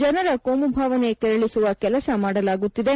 ಜನರ ಕೋಮುಭಾವನೆ ಕೆರಳಿಸುವ ಕೆಲಸ ಮಾಡಲಾಗುತ್ತಿದೆ